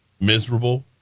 miserable